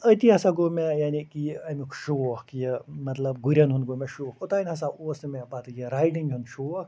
أتی ہسا گوٚو مےٚ یعنی کہِ یہِ اَمیٛک شوق یہِ مطلب گُریٚن ہُنٛد گوٚو مےٚ شوق اوٚتانۍ ہسا اوس نہٕ مےٚ یہِ رایڈِنٛگ ہُند شوق